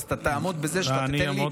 אז תעמוד בזה שאתה תיתן לי עוד דקה.